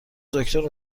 دکتر